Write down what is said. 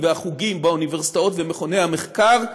והחוגים באוניברסיטאות ובמכוני המחקר,